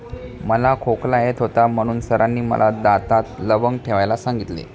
मला खोकला येत होता म्हणून सरांनी मला दातात लवंग ठेवायला सांगितले